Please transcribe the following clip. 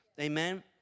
amen